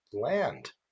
land